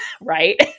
right